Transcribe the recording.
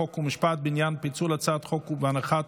חוק ומשפט בעניין פיצול הצעת חוק הארכת